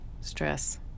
stress